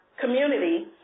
community